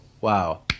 Wow